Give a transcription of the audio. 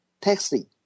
taxi